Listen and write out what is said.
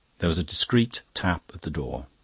there was a discreet tap at the door.